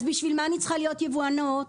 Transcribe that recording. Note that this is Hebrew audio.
אז בשביל מה אני צריכה להיות יבואן נאות?